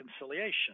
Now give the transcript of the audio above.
reconciliation